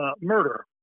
murder